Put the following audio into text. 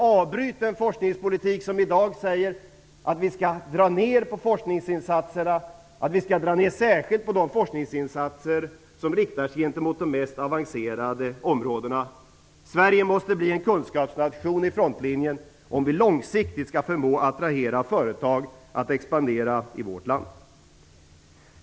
Avbryt den forskningspolitik som i dag säger att vi skall dra ner på forskningsinsatser och särskilt på dem som riktar sig mot de mest avancerade områdena. Sverige måste bli en kunskapsnation i frontlinjen om vi långsiktigt skall förmå attrahera företag att expandera i vårt land.